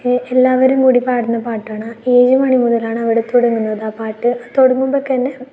എല്ലാവരും കൂടി പാടുന്ന പാട്ടാണ് ഏഴു മണി മുതലാണ് അവിടെ തുടങ്ങുന്നത് ആ പാട്ട് തുടങ്ങുമ്പോൾ തന്നെ